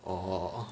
orh